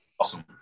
Awesome